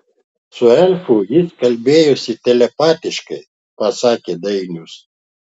su elfu ji kalbėjosi telepatiškai pasakė dainius